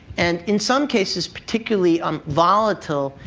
and in some cases, particularly um volatile,